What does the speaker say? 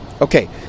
Okay